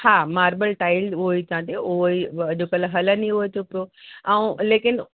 हा marble tile उहो ई चां थी उहो ई अॼकल्ह हलनि ई उहे ते पियो ऐं लेकिन